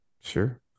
Sure